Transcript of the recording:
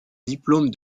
diplôme